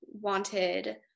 wanted